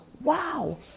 Wow